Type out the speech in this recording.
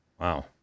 Wow